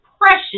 precious